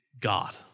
God